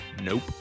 Nope